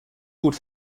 gut